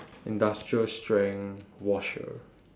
industrial strength washer